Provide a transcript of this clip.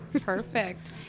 perfect